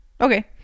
Okay